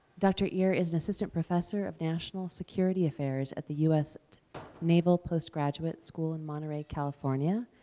dr. ear is an assistant professor of national security affairs at the us naval postgraduate school in monterey california.